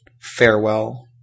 farewell